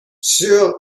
sur